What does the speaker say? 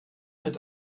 mit